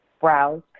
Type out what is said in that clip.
Browse